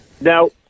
Now